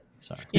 Sorry